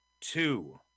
two